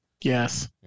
Yes